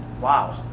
wow